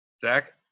Zach